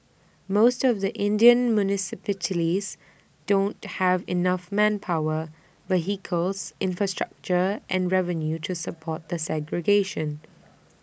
most of the Indian municipalities don't have enough manpower vehicles infrastructure and revenue to support the segregation